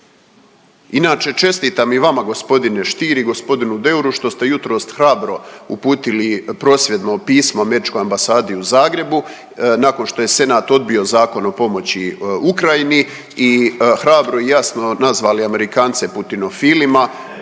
Inače čestitam i vama g. Stier i g. Deuru što ste jutros hrabro uputili prosvjedno pismo Američkoj ambasadi u Zagrebu nakon što je Senat odbio Zakon o pomoći Ukrajini i hrabro i jasno nazvali Amerikance putinofilima,